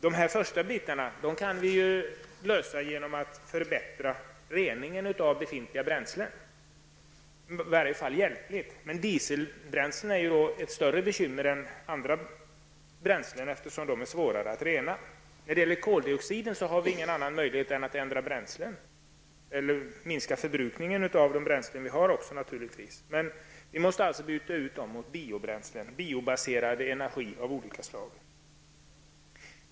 De först nämnda problemen kan vi i varje fall hjälpligt lösa genom att förbättra reningen av befintliga bränslen, men dieselbränslena är ett större bekymmer än andra bränslen, eftersom de är svårare att rena. För att komma till rätta med problemen med koldioxiden har vi inga andra möjligheter än att byta till nya bränslen och att minska förbrukningen av de bränslen som vi har. Vi måste byta ut dem mot biobränslen, dvs.